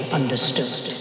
understood